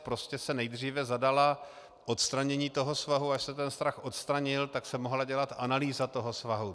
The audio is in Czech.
Prostě se nejdříve zadalo odstranění toho svahu, až se ten svah odstranil, tak se mohla dělat analýza toho svahu.